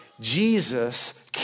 Jesus